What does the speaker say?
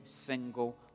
single